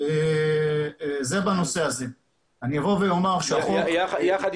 אני בהחלט מצר על זה כבר בהזדמנות הזו,